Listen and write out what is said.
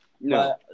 No